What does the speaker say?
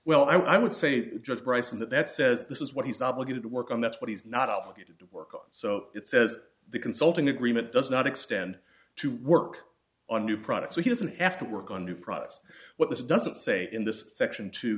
well i would say just pricing that that says this is what he's obligated to work on that's what he's not obligated to work on so it says the consulting agreement does not extend to work on new products so he doesn't have to work on new products what this doesn't say in this section t